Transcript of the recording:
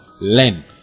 Learn